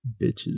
bitches